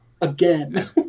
Again